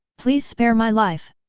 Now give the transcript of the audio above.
please spare my life!